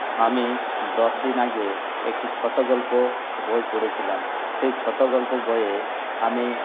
আমি দশ দিন আগে একটি ছোট গল্প বই পড়েছিলাম সেই ছোট গল্প বইয়ে আমি